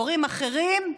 הורים אחרים,